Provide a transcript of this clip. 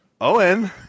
Owen